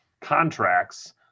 contracts